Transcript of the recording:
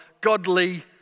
godly